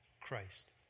Christ